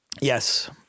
Yes